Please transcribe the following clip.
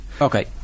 Okay